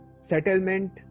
Settlement